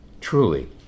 truly